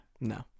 No